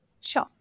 Sure